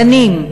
בנים,